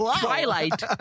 Twilight